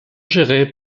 gérés